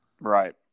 right